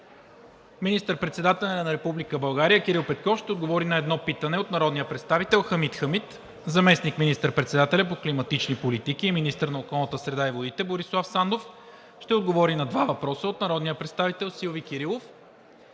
Министър-председателят на Република България Кирил Петков ще отговори на едно питане от народния представител Хамид Хамид. Заместник министър-председателят по климатични политики и министър на околната среда и водите Борислав Сандов ще отговори на два въпроса от народния представител Силви Кирилов.